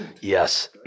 yes